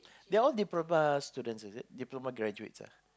they are all diploma students is it diploma graduates ah